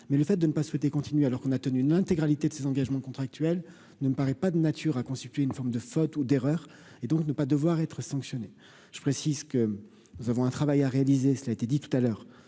mais le fait de ne pas souhaiter continuer alors qu'on a tenu l'intégralité de ses engagements contractuels ne me paraît pas de nature à constituer une forme de fautes ou d'erreurs et donc ne pas devoir être sanctionné, je précise que nous avons un travail à réaliser, cela a été dit tout à l'heure